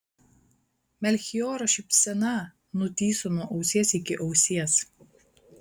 melchioro šypsena nutįso nuo ausies iki ausies